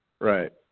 Right